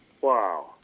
wow